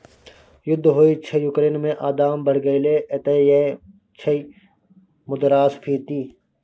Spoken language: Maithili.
युद्ध होइ छै युक्रेन मे आ दाम बढ़ि गेलै एतय यैह छियै मुद्रास्फीति